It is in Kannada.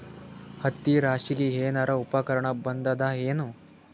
ಹತ್ತಿ ರಾಶಿಗಿ ಏನಾರು ಉಪಕರಣ ಬಂದದ ಏನು?